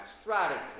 strategy